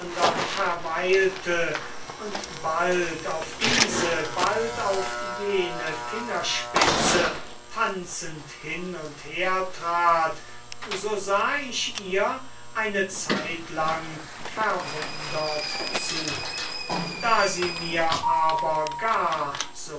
verweilte und bald auf diese bald auf jene fingerspitze tanzend hin und her trat so sah ich ihr eine zeitlang verwundert zu da sie mir aber gar